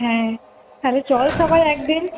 হ্যাঁ তাহলে চল সবাই একদিন